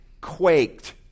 quaked